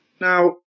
Now